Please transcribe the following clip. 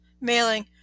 mailing